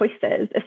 choices